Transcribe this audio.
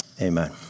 Amen